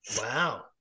Wow